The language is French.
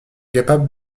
capables